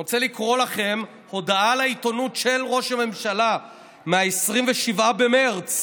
אני רוצה לקרוא לכם הודעה לעיתונות של ראש הממשלה מ-27 במרץ: